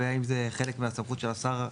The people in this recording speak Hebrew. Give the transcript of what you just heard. האם זה חלק מהסמכות של השר.